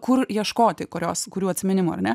kur ieškoti kurios kurių atsiminimų ar ne